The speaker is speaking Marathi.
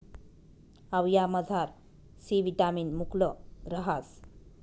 आवयामझार सी विटामिन मुकलं रहास